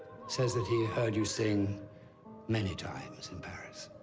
says that he heard you sing many times in paris.